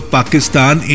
Pakistan